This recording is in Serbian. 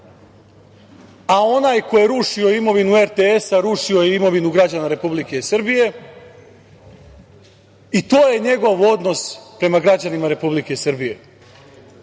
a onaj ko je rušio imovinu RTS rušio je imovinu građana Republike Srbije i to je njegov odnos prema građanima Republike Srbije.